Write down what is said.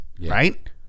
right